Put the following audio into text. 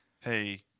hey